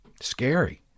Scary